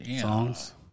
songs